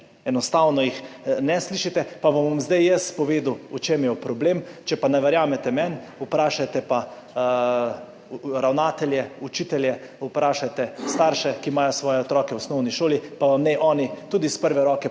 Enostavno jih ne slišite. Pa vam bom zdaj jaz povedal, v čem je problem. Če pa ne verjamete meni, vprašajte pa ravnatelje, učitelje, vprašajte starše, ki imajo svoje otroke v osnovni šoli, pa vam naj oni tudi iz prve roke